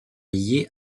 lié